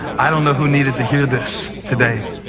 i don't know who needed to hear this today,